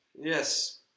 Yes